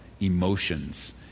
emotions